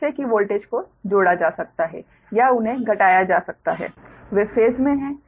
जिससे कि वोल्टेज को जोड़ा जा सकता है या उन्हें घटाया जा सकता है वे फेस में हैं